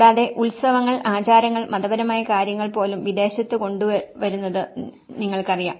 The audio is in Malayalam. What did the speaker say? കൂടാതെ ഉത്സവങ്ങൾ ആചാരങ്ങൾ മതപരമായ കാര്യങ്ങൾ പോലും വിദേശത്ത് കൊണ്ടുവരുന്നത് നിങ്ങൾക്കറിയാം